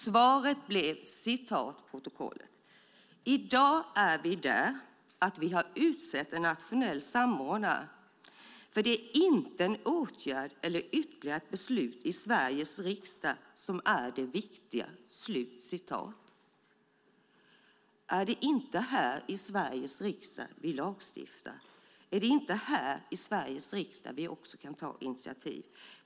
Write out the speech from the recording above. Svaret blev att regeringen har utsett en nationell samordnare, att det inte är en åtgärd eller ytterligare ett beslut i Sveriges riksdag som är det viktiga. Är det inte här i Sveriges riksdag vi lagstiftar? Är det inte här i Sveriges riksdag vi också kan ta initiativ?